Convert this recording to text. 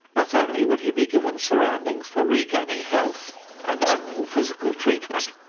not only would he be given surroundings for regaining health and ample physical treatment,